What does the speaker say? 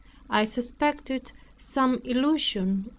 i suspected some illusion,